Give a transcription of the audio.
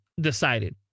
decided